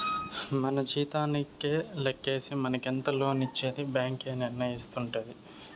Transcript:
మన జీతానికే లెక్కేసి మనకెంత లోన్ ఇచ్చేది బ్యాంక్ ఏ నిర్ణయిస్తుంది